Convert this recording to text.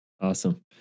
Awesome